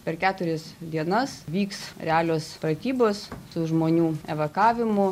per keturias dienas vyks realios pratybos su žmonių evakavimo